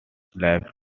life